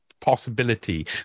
possibility